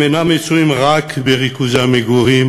הם אינם מצויים רק בריכוזי המגורים